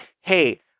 hey